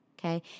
Okay